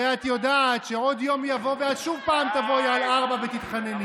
הרי את יודעת שעוד יום יבוא ואת שוב תבואי על ארבע ותתחנני.